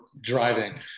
driving